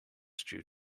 stew